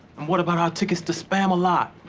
and what about our tickets to spamalot?